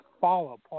follow